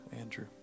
Andrew